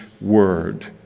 word